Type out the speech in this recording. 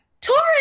Taurus